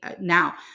now